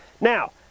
Now